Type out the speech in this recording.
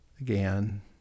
again